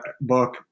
book